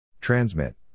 Transmit